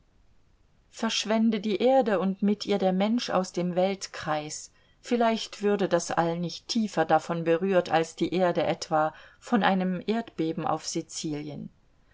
verschwände die erde und mit ihr der mensch aus dem weltkreis vielleicht würde das all nicht tiefer davon berührt als die erde etwa von einem erdbeben auf sizilien